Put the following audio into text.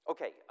Okay